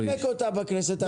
אל תשחק אותה בכנסת אתה 50 ומשהו.